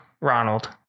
Ronald